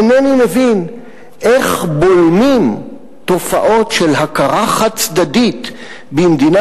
אינני מבין איך בולמים תופעות של הכרה חד-צדדית במדינה